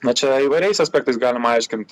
na čia įvairiais aspektais galima aiškint